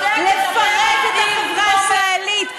לפרק את החברה הישראלית,